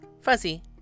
fuzzy